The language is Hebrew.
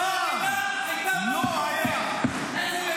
פעם לא היה --- תגיד לי,